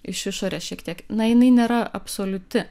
iš išorės šiek tiek na jinai nėra absoliuti